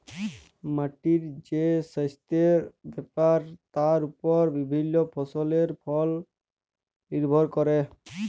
মাটির যে সাস্থের ব্যাপার তার ওপর বিভিল্য ফসলের ফল লির্ভর ক্যরে